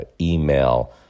email